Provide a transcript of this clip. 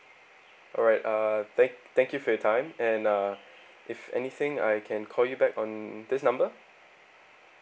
alright uh thank thank you for your time and uh if anything I can call you back on this number